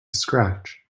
scratch